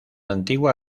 antigua